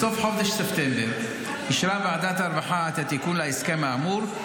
בסוף חודש ספטמבר אישרה ועדת הרווחה את התיקון להסכם האמור,